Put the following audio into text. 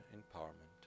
Empowerment